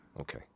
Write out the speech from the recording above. Okay